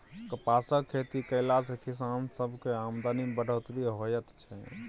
कपासक खेती कएला से किसान सबक आमदनी में बढ़ोत्तरी होएत छै